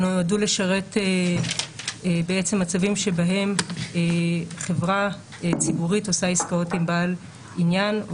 שנועדו לשרת מצבים שבהם חברה ציבורית עושה עסקאות עם בעל עניין,